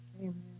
Amen